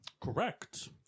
Correct